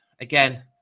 again